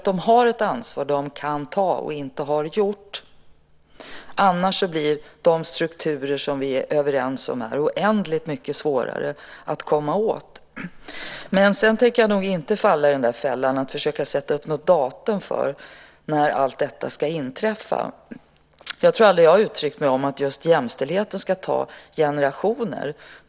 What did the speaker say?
De har ett ansvar de kan ta men inte har gjort; annars blir de strukturer vi är överens om här oändligt mycket svårare att komma åt. Sedan tänker jag inte falla i fällan att försöka sätta upp något datum för när allt detta ska inträffa. Jag har aldrig uttryckt att just att uppnå jämställdhet ska ta generationer.